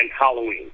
Halloween